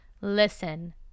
listen